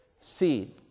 Seed